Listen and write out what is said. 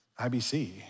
IBC